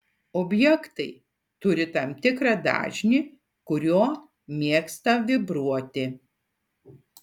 objektai turi tam tikrą dažnį kuriuo mėgsta vibruoti